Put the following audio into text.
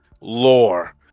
lore